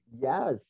Yes